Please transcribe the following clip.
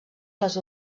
les